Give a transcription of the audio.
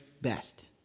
best